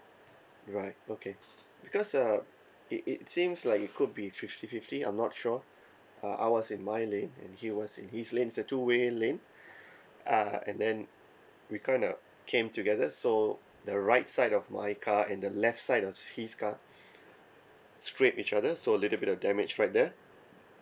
alright okay because uh it it seems like it could be fifty fifty I'm not sure uh I was in my lane and he was in his lane it's a two way lane uh and then we kind of came together so the right side of my car and the left side of his car scraped each other so little bit of damage right there